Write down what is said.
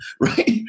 Right